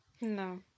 no